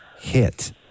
hit